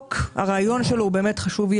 הרעיון של החוק הוא באמת חשוב.